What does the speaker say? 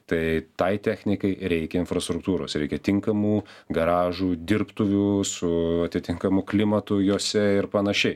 tai tai technikai reikia infrastruktūros reikia tinkamų garažų dirbtuvių su atitinkamu klimatu jose ir panašiai